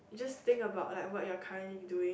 just think about like what you are currently doing